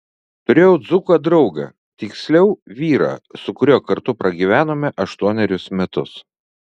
turėjau dzūką draugą tiksliau vyrą su kuriuo kartu pragyvenome aštuonerius metus